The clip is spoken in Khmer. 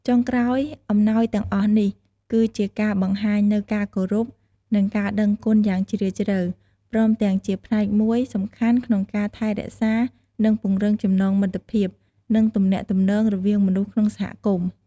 ចុងក្រោយ អំណោយទាំងអស់នេះ គឺជាការបង្ហាញនូវការគោរព និងការដឹងគុណយ៉ាងជ្រាលជ្រៅ ព្រមទាំងជាផ្នែកមួយសំខាន់ក្នុងការថែរក្សា និងពង្រឹងចំណងមិត្តភាព និងទំនាក់ទំនងរវាងមនុស្សក្នុងសហគមន៍។